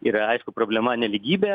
yra aišku problema nelygybė